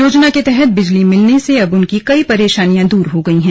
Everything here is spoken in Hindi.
योजना के तहत बिजली मिलने से अब उनकी कई परेशानियां दूर हो गई है